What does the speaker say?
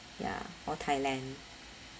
ya or thailand